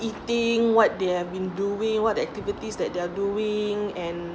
eating what they have been doing what activities that they're doing and